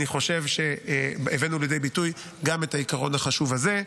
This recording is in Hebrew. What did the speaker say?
אני חושב שהבאנו לידי ביטוי גם את העיקרון החשוב הזה.